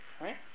right